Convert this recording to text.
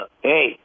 hey